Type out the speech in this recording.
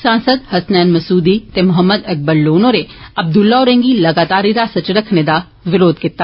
सांसद हसनैन मसूदी ते मोहम्मद अकबर लोन होरें अब्दुल्ला होरे गी लगातार हिरासत इच रक्खने दा विरोध कीता